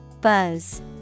Buzz